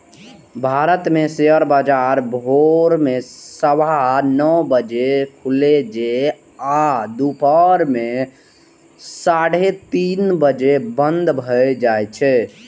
भारत मे शेयर बाजार भोर मे सवा नौ बजे खुलै छै आ दुपहर मे साढ़े तीन बजे बंद भए जाए छै